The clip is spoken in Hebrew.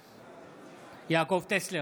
בעד יעקב טסלר,